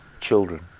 children